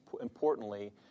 importantly